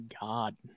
god